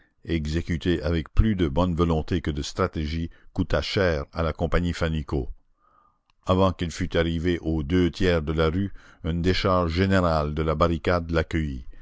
exécuté avec plus de bonne volonté que de stratégie coûta cher à la compagnie fannicot avant qu'elle fût arrivée aux deux tiers de la rue une décharge générale de la barricade l'accueillit